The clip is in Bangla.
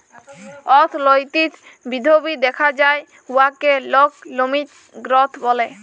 অথ্থলৈতিক বিধ্ধি দ্যাখা যায় উয়াকে ইকলমিক গ্রথ ব্যলে